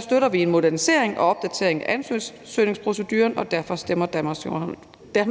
støtter vi en modernisering og opdatering af ansøgningsproceduren, og derfor stemmer